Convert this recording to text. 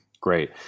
Great